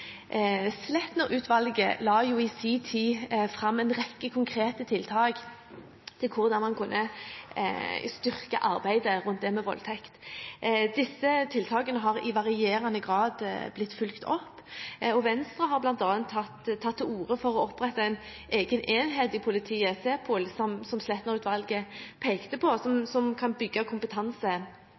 i sin tid fram forslag til en rekke konkrete tiltak om hvordan man kunne styrke arbeidet rundt dette med voldtekt. Disse tiltakene har blitt fulgt opp i varierende grad. Venstre har bl.a. tatt til orde for å opprette en egen enhet i politiet, SEPOL – som Sletner-utvalget pekte på – som kan bygge opp kompetanse